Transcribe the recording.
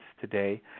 today